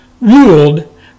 ruled